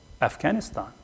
Afghanistan